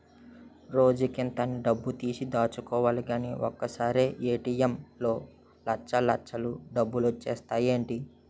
రోజుకింత అని డబ్బుతీసి దాచుకోలిగానీ ఒకసారీ ఏ.టి.ఎం లో లచ్చల్లచ్చలు డబ్బులొచ్చేత్తాయ్ ఏటీ?